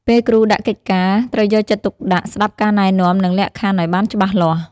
ពេលគ្រូដាក់កិច្ចការ ត្រូវយកចិត្តទុកដាក់ស្តាប់ការណែនាំ និងលក្ខខណ្ឌឱ្យបានច្បាស់លាស់។